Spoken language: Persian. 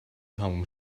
تموم